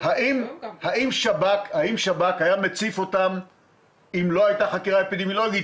האם שב"כ היה מציף אותם אם לא הייתה חקירה אפידמיולוגית?